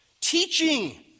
Teaching